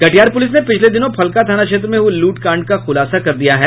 Katihar police ने पिछले दिनों फलका थाना क्षेत्र में हुये लूटकांड का खुलासा कर दिया है